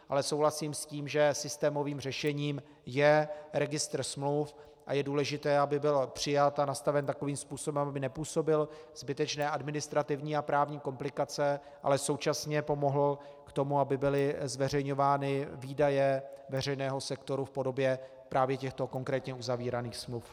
Ale souhlasím s tím, že systémovým řešením je registr smluv a je důležité, aby byl přijat a nastaven takovým způsobem, aby nepůsobil zbytečné administrativní a právní komplikace, ale současně pomohl k tomu, aby byly zveřejňovány výdaje veřejného sektoru v podobě právě těchto konkrétně uzavíraných smluv.